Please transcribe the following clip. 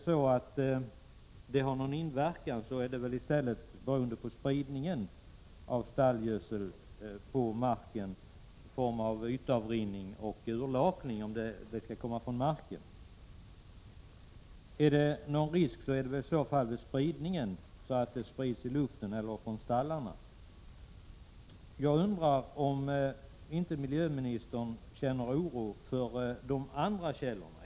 Har de någon inverkan beror det väl på spridningen av stallgödsel på marken i form av ytavrinning och urlakning. Finns det någon risk är det väl i så fall att kväveföreningar sprids i luften eller från stallarna. Jag undrar om inte miljöministern känner oro för nedfallet från andra källor.